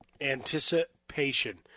Anticipation